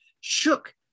shook